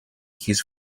his